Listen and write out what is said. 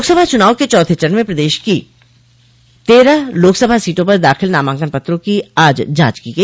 लोकसभा चुनाव के चौथे चरण में प्रदेश की तरेह लोकसभा सीटों पर दाखिल नामांकन पत्रों की आज जांच की गई